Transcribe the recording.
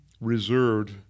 reserved